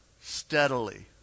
steadily